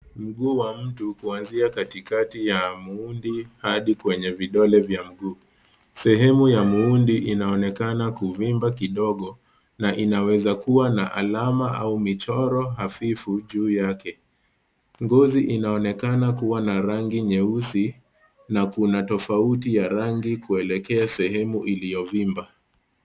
Mguu wa mtu kuanzia katikati ya muundi hadi kwenye vidole vya mguu. Sehemu ya muundi inaonekana kuvimba kidogo na inaweza kuwa na alama au michoro hafifu juu yake. Ngozi inaonekana kuwa na rangi nyeusi na kuna tofauti ya rangi kuelekea sehemu iliyovimba.